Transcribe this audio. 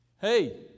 Hey